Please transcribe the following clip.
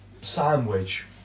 sandwich